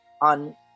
on